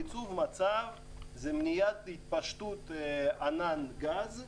ייצוב מצב זה מניעת התפשטות ענן גז במרחב,